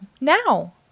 Now